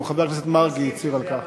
גם חבר הכנסת מרגי הצהיר על כך.